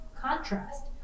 contrast